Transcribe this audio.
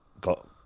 got